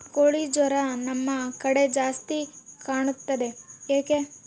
ಕೋಳಿ ಜ್ವರ ನಮ್ಮ ಕಡೆ ಜಾಸ್ತಿ ಕಾಣುತ್ತದೆ ಏಕೆ?